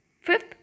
Fifth